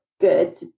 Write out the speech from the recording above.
good